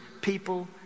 people